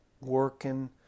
working